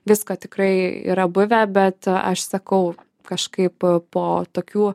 visko tikrai yra buvę bet aš sakau kažkaip po tokių